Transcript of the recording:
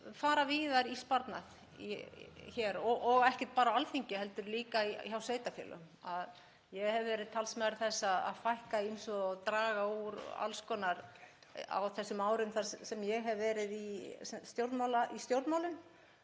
fara víðar í sparnaði og ekki bara á Alþingi heldur líka hjá sveitarfélögunum. Ég hef verið talsmaður þess að fækka og draga úr alls konar á þessum árum sem ég hef verið í stjórnmálum